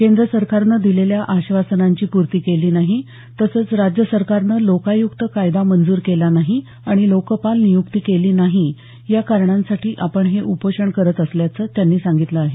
केंद्र सरकारनं दिलेल्या आश्वासनांची पूर्ती केली नाही तसंच राज्य सरकारनं लोकायुक्त कायदा मंजूर केला नाही आणि लोकपाल नियुक्ती केली नाही या कारणांसाठी आपण हे उपोषण करत असल्याचं त्यांनी सांगितलं आहे